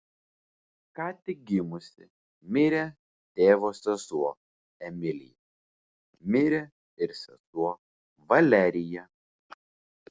ką tik gimusi mirė tėvo sesuo emilija mirė ir sesuo valerija